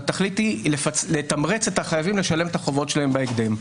והתכלית היא לתמרץ את החייבים לשלם את החובות שלהם בהקדם.